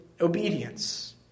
obedience